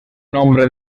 nombre